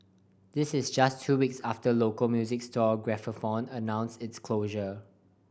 this is just two weeks after local music store Gramophone announced its closure